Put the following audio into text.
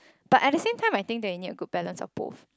but at the same time I think that you need a good balance of both